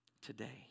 today